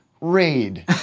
raid